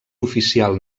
oficial